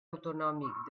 autonòmic